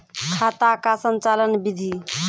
खाता का संचालन बिधि?